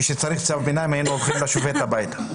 כשצריך צו ביניים היינו הולכים לשופט הביתה.